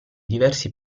diversi